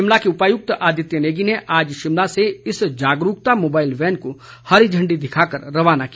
शिमला के उपायुक्त आदित्य नेगी ने आज शिमला से इस जागरूकता मोबाईल वैन को हरी झंडी दिखा कर रवाना किया